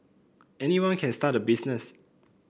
anyone can start a business